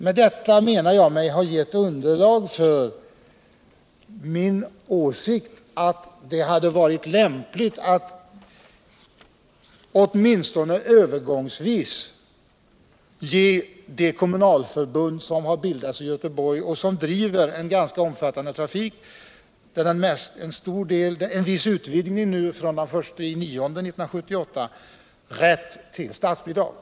Med detta menar jag mig ha givit underlag för min åsikt att det hade varit lämpligt att åtminstone övergångsvis ge det kommunalförbund som har bildats i Göteborg och som driver en ganska omfattande trafik — det blir en viss utvidgning från den 1 september 1978 — rätt till statsbidrag.